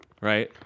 right